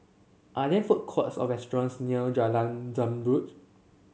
are there food courts or restaurants near Jalan Zamrud